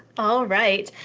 all right.